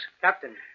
Captain